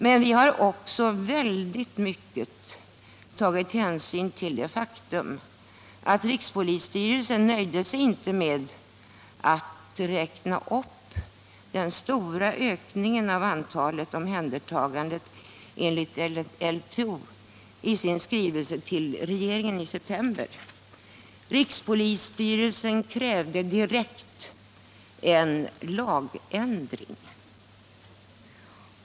Men vi har också tagit stor hänsyn till det faktum att rikspolisstyrelsen inte nöjde sig med att räkna upp den stora ökningen av antalet omhändertaganden enligt LTO i sin skrivelse till regeringen i september —- rikspolisstyrelsen krävde direkt en lagändring.